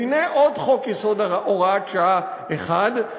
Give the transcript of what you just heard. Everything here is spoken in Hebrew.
והנה עוד חוק-יסוד (הוראת שעה) אחד.